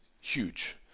huge